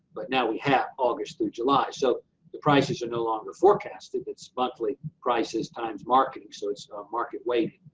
but now we have august through july. so the prices are no longer forecasted, it's monthly prices times marketing. so it's market weighting.